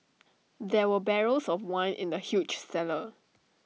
there were barrels of wine in the huge cellar